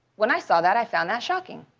when i saw that, i found that shocking.